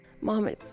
Mom